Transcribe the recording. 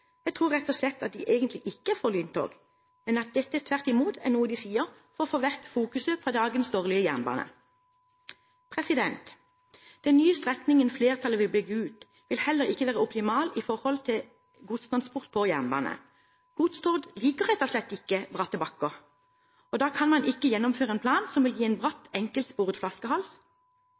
Jeg tror rett og slett at de egentlig ikke er for lyntog, men at dette tvert imot er noe de sier for å få fokuset bort fra dagens dårlige jernbane. Den nye strekningen som flertallet vil bygge ut, vil heller ikke være optimal for godstransport på jernbane. Godstog liker rett og slett ikke bratte bakker, og da kan man ikke gjennomføre en plan som vil gi en bratt, enkeltsporet flaskehals.